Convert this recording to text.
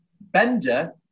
Bender